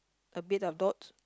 a bit of dots